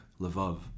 Lvov